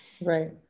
Right